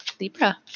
Libra